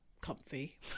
comfy